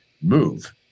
move